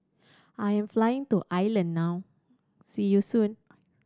I am flying to Ireland now See you soon